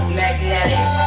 magnetic